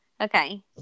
Okay